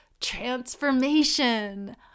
Transformation